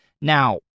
now